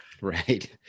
Right